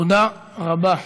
תודה רבה.